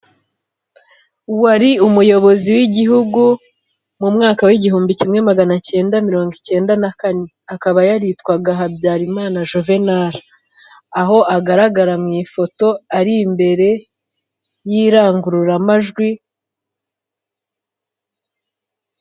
Uwari umuyobozi w'igihugu mu mu mwaka wa 1994 akaba yaritwaga HABYARIMANA Jouvenal, aho agaragara mu ifoto ari imbere y'irangururamajwi.